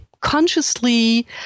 consciously